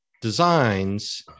designs